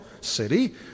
city